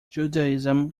judaism